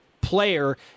player